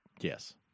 Yes